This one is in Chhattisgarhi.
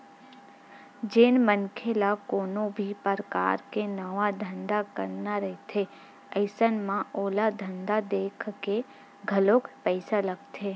जेन मनखे ल कोनो भी परकार के नवा धंधा करना रहिथे अइसन म ओला धंधा देखके घलोक पइसा लगथे